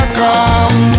come